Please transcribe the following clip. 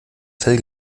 fell